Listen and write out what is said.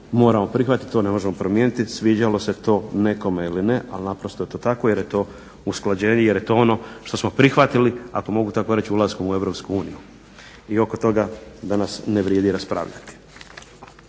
moramo prihvatiti, to ne možemo promijeniti sviđalo se to nekome ili ne, ali naprosto je to tako jer je to usklađenje, jer je to ono što smo prihvatili, ako mogu tako reći ulaskom u EU i oko toga danas ne vrijedi raspravljati.